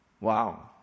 Wow